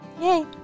Yay